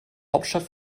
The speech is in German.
hauptstadt